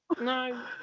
No